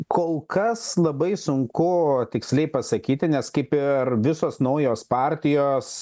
kol kas labai sunku tiksliai pasakyti nes kaip ir visos naujos partijos